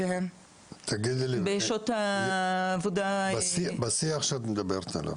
בשיח שאת מדברת עליו